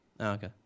Okay